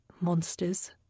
Monsters